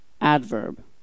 Adverb